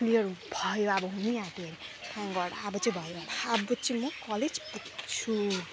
clear भयो अब हुनै आँट्यो अब चाहिँ भयो होला अब चाहिँ म कलेज पुग्छु